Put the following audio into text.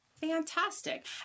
Fantastic